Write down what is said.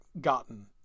gotten